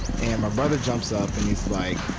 and my brother jumps up and he's like,